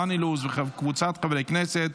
דן אילוז וקבוצת חברי הכנסת,